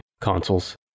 consoles